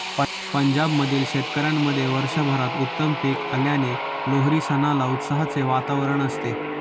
पंजाब मधील शेतकऱ्यांमध्ये वर्षभरात उत्तम पीक आल्याने लोहरी सणाला उत्साहाचे वातावरण असते